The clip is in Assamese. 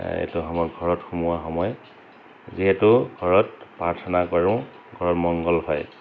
এইটো সময় ঘৰত সোমোৱা সময় যিহেতু ঘৰত প্ৰাৰ্থনা কৰোঁ ঘৰৰ মংগল হয়